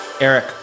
Eric